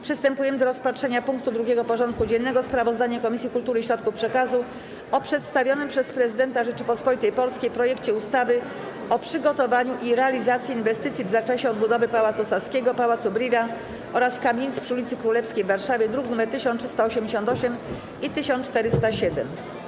Przystępujemy do rozpatrzenia punktu 2. porządku dziennego: Sprawozdanie Komisji Kultury i Środków Przekazu o przedstawionym przez Prezydenta Rzeczypospolitej Polskiej projekcie ustawy o przygotowaniu i realizacji inwestycji w zakresie odbudowy Pałacu Saskiego, Pałacu Brühla oraz kamienic przy ulicy Królewskiej w Warszawie (druki nr 1388 i 1407)